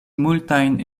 multajn